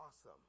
awesome